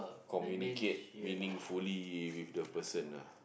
communicate meaningfully with the person ah